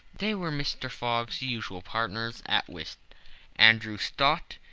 they were mr. fogg's usual partners at whist andrew stuart,